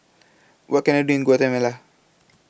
What Can I Do in Guatemala